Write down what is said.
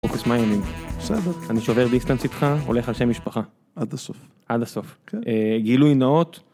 בוכריס מה העניינים? בסדר. אני שובר דיסטנס איתך הולך על שם משפחה עד הסוף עד הסוף כן גילוי נאות.